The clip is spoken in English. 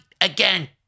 again